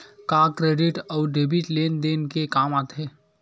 का क्रेडिट अउ डेबिट लेन देन के काम आथे?